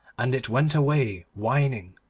and it went away whining.